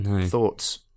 Thoughts